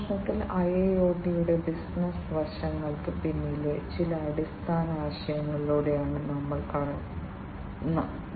വ്യാവസായിക ഇന്റർനെറ്റ് ആണോ അതോ വ്യാവസായിക IoT ആണോ എന്ന് നമ്മൾ സംസാരിക്കുമ്പോൾ